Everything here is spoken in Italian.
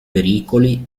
pericoli